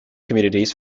communities